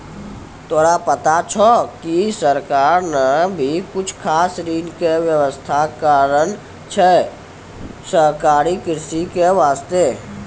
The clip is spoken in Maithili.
तोरा पता छौं कि सरकार नॅ भी कुछ खास ऋण के व्यवस्था करनॅ छै सहकारी कृषि के वास्तॅ